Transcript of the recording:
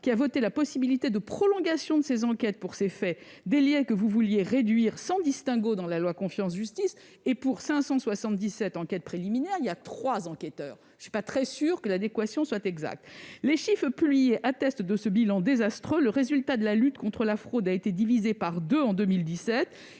qui a voté la possibilité de prolongation de ces enquêtes pour ces faits. Délai que vous vouliez réduire sans distinguo dans la loi pour la confiance dans l'institution judiciaire. Enfin, pour mener ces enquêtes préliminaires, on ne compte que trois enquêteurs. Je ne suis pas certaine que l'adéquation soit exacte. Les chiffres publiés attestent de ce bilan désastreux. Le résultat de la lutte contre la fraude a été divisé par deux en 2017.